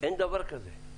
אין דבר כזה.